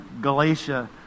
Galatia